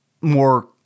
more